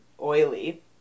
oily